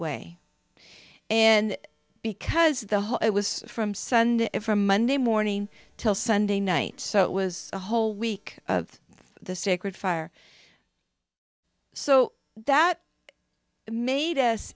way and because the whole it was from sunday from monday morning til sunday night so it was a whole week of the sacred fire so that made us